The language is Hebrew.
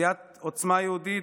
סיעת עוצמה יהודית,